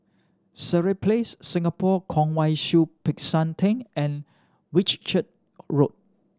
Sireh Place Singapore Kwong Wai Siew Peck San Theng and Whitchurch Road